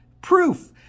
proof